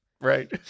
Right